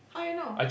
how you know